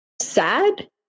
sad